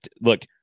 look